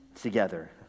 together